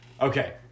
Okay